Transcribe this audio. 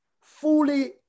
fully